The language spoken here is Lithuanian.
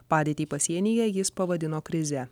padėtį pasienyje jis pavadino krize